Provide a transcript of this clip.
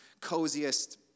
coziest